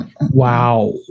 wow